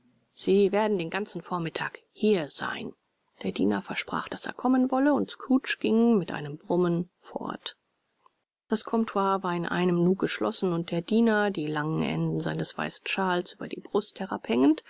sie werden den ganzen vormittag hier sein der diener versprach daß er kommen wolle und scrooge ging mit einem brummen fort das comptoir war in einem nu geschlossen und der diener die langen enden seines weißen shawls über die brust